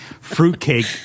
fruitcake